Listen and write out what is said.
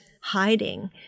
hiding